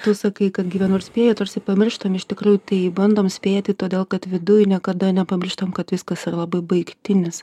tu sakai kad gyvenu ir spėju tarsi pamirštam iš tikrųjų tai bandom spėti todėl kad viduj niekada nepamirštam kad viskas yra labai baigtinis